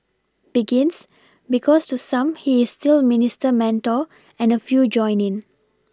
begins because to some he is still Minister Mentor and a few join in